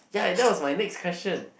ya that was my next question